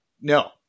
no